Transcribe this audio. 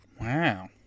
Wow